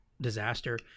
disaster